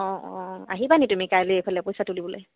অঁ অঁ আহিব নি তুমি কাইলৈ এইফালে পইচা তুলিবলৈ